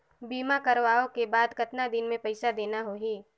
बीमा करवाओ के बाद कतना दिन मे पइसा देना हो ही?